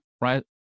right